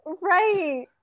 Right